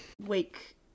wake